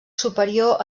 superior